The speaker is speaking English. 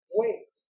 wait